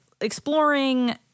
exploring